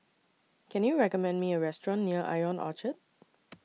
Can YOU recommend Me A Restaurant near Ion Orchard